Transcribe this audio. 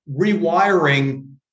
rewiring